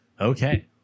Okay